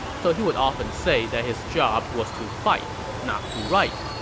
so he would often say that his job was to fight, not to write.